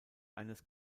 eines